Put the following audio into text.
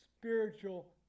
spiritual